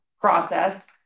process